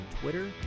Twitter